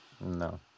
No